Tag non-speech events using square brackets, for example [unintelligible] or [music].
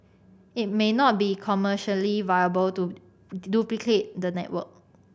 it may not be commercially viable to [unintelligible] the network